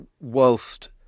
whilst